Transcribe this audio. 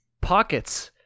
Pockets